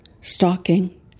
stalking